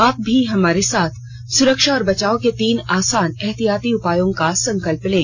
आप भी हमारे साथ सुरक्षा और बचाव के तीन आसान एहतियाती उपायों का संकल्प लें